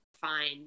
fine